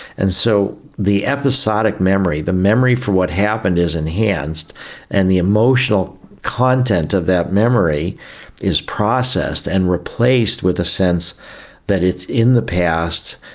and so the episodic memory, the memory for what happened is enhanced and the emotional content of that memory is processed and replaced with a sense that it's in the past,